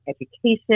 education